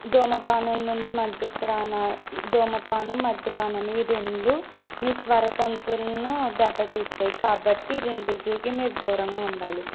ధూమపానం నుండి మధ్య ప్రాణా ధూమపానం మద్యపానం ఈ రెండూ మీ స్వర తంతువులను దెబ్బతీస్తాయి కాబట్టి రెండింటికీ మీరు దూరంగా ఉండాలి